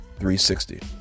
360